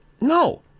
No